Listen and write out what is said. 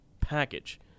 package